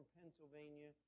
Pennsylvania